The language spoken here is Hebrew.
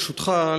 ברשותך,